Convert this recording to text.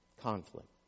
conflict